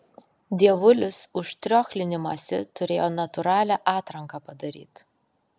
dievulis už triochlinimąsi turėjo natūralią atranką padaryt